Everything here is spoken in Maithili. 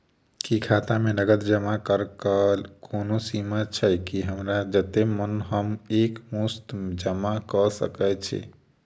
की खाता मे नगद जमा करऽ कऽ कोनो सीमा छई, की हमरा जत्ते मन हम एक मुस्त जमा कऽ सकय छी?